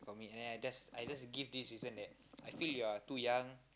we have I just I just give this reason that I feel you're too young